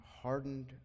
hardened